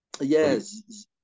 Yes